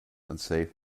unsafe